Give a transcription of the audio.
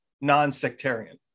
non-sectarian